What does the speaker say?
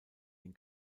den